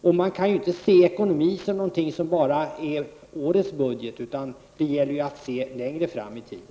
Ekonomi kan inte ses som någonting som bara har att göra med årets budget, utan det gäller att se längre fram i tiden.